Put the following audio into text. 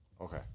Okay